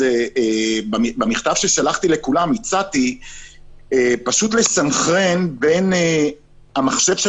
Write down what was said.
במכתב ששלחתי לכולם הצעתי פשוט לסנכרן בין המחשב של